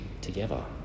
together